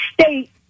state